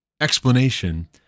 explanation